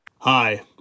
Hi